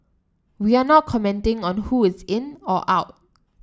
we are not commenting on who is in or out